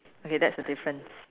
okay that's the difference